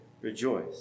Rejoice